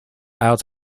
out